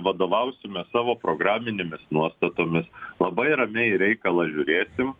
vadovausimės savo programinėmis nuostatomis labai ramiai į reikalą žiūrėsim